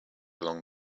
along